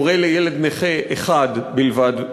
או הורה לילד נכה אחד בלבד וכדומה?